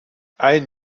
ein